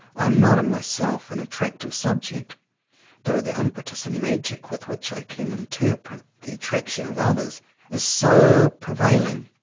i am not, in myself, an attractive subject though the impetus and magic with which i can in terpret the attraction of others is so pre vailing,